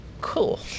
cool